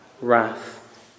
wrath